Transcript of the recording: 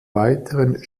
weiteren